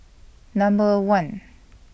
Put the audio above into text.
Number one